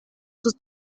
sus